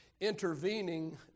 intervening